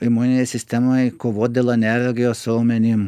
imuninei sistemai kovot dėl energijos raumenim